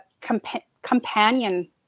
companion